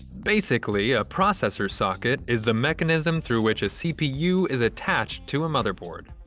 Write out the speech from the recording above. basically a processor socket is the mechanism through which a cpu is attached to a motherboard.